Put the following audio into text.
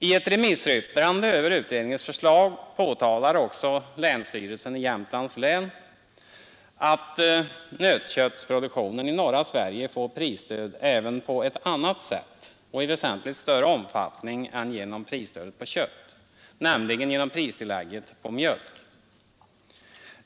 I ett remissyttrande över utredningens förslag påpekar också länsstyrelsen i Jämtlands län att nötköttsproduktionen i norra Sverige får prisstöd även på ett annat sätt och i väsentligt större omfattning än genom pristillägg på kött, nämligen genom pristillägget på mjölk.